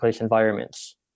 environments